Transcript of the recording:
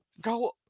go